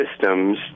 systems